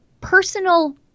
personal